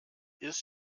ist